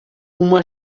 uma